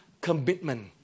commitment